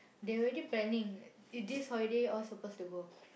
they already planning this holiday all supposed to go